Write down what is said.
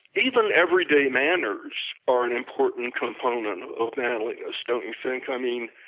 even every day manners are an important component of of manliness, don't you think? i mean,